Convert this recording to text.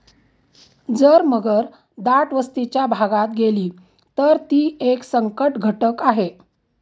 जर मगर दाट लोकवस्तीच्या भागात गेली, तर ती एक संकटघटक आहे